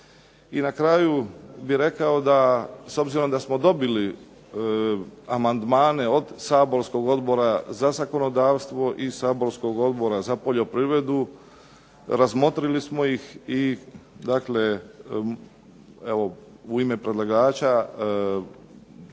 I na kraju bih rekao s obzirom da smo dobili amandmane od saborskog Odbora za zakonodavstvo i saborskog Odbora za poljoprivredu, razmotrili smo ih i evo u ime predlagača